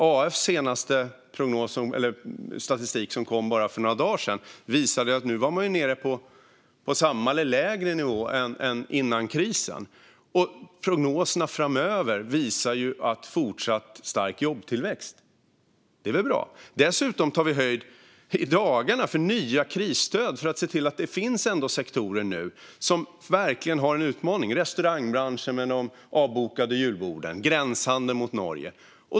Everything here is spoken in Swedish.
AF:s senaste statistik, som kom för bara några dagar sedan, visade att vi nu är nere på samma eller en lägre nivå än före krisen. Och prognoserna framöver visar på fortsatt stark jobbtillväxt. Det är väl bra. Dessutom tar vi i dagarna höjd för nya krisstöd, för det finns ändå sektorer som nu verkligen har en utmaning, till exempel restaurangbranschen, med de avbokade julborden, och gränshandeln med Norge.